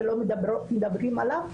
ולא מדברים עליו.